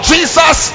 Jesus